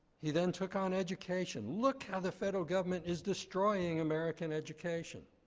he then took on education, look how the federal government is destroying american education.